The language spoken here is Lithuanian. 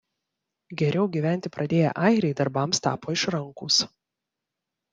geriau gyventi pradėję airiai darbams tapo išrankūs